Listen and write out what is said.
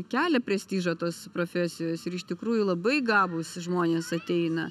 kelia prestižą tos profesijos ir iš tikrųjų labai gabūs žmonės ateina